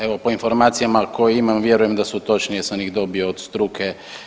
Evo po informacijama koje imam, vjerujem da su točni jer sam ih dobio od struke.